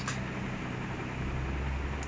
just the tamil part ya so they might